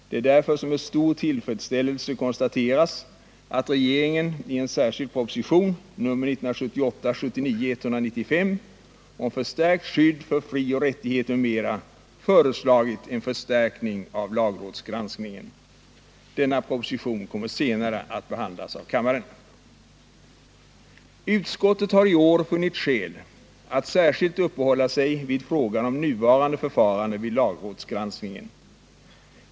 Det är därför som med stor tillfredsställelse konstateras att regeringen i en särskild proposition, 1978/79:195, om förstärkt skydd för frioch rättigheter m.m. föreslagit en förstärkning av lagrådsgranskningen. Denna proposition kommer senare att behandlas av kammaren. Utskottet har i år funnit skäl att särskilt uppehålla sig vid frågan om nuvarande förfarande vid lagrådsgranskningen.